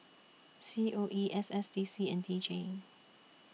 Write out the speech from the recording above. C O E S S D C and D J